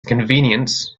convenience